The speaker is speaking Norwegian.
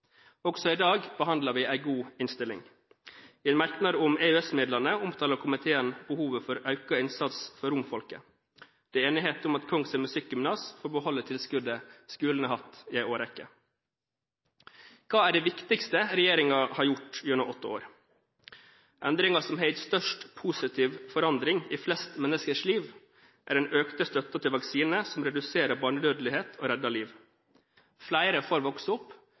Også i dag behandler vi en god innstilling. I en merknad om EØS-midlene omtaler komiteen behovet for økt innsats for romfolket. Det er enighet om at Kongshaug musikkgymnas får beholde tilskuddet skolen har hatt i en årrekke. Hva er det viktigste regjeringen har gjort gjennom åtte år? Endringen som har gitt størst positiv forandring i flest menneskers liv, er den økte støtten til vaksiner som reduserer barnedødelighet og redder liv. Flere får vokse opp,